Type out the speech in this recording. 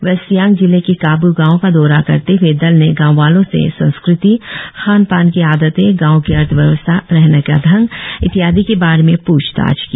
waste Siang जिले के काबू गाव का दौरा करते हए दल ने गांव वालों से संस्कृति खान पान की आदतें गांव की अर्थव्यवस्था रहने का दंग इत्यादी के बारे में प्रछ ताछ की